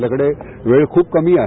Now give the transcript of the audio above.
आपल्याकडे वेळ खूप कमी आहे